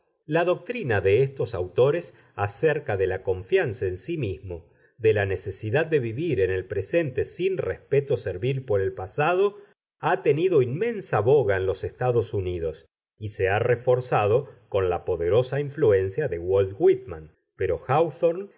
la doctrina de estos autores acerca de la confianza en sí mismo de la necesidad de vivir en el presente sin respeto servil por el pasado ha tenido inmensa boga en los estados unidos y se ha reforzado con la poderosa influencia de walt whitman pero